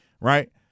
right